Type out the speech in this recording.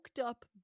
up